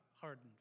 hardened